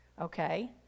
Okay